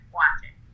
watching